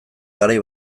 garai